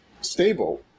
stable